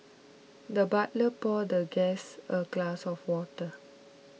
the butler poured the guest a glass of water